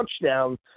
touchdown